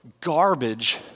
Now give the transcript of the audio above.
garbage